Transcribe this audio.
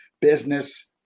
business